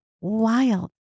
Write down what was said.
wild